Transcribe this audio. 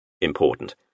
Important